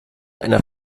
einer